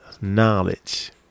knowledge